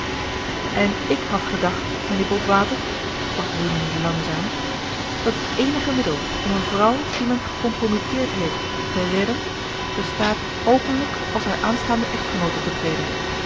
en ik had gedacht mijnheer botwater sprak rimini langzaam dat het eenige middel om eene vrouw die men gecompromitteerd heeft te redden bestaat openlijk als haar aanstaande echtgenoot op te treden